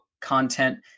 content